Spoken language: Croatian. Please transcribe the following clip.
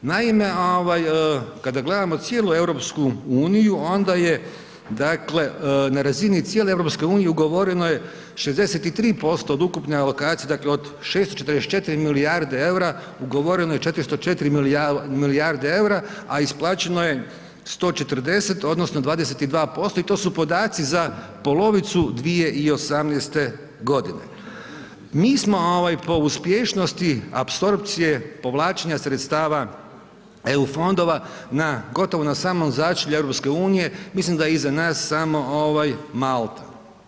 Naime kada gledamo cijelu EU, onda je na razini cijele EU ugovoreno 63% od ukupne alokacije, dakle od 644 milijarde eura, ugovoreno je 404 milijarde eura a isplaćeno je 140 odnosno 22% i to su podaci za polovicu 2018. g. Mi smo po uspješnosti apsorpcije povlačenja sredstava EU fondova gotovo na samom začelju EU-a, mislim da je iza nas samo Malta.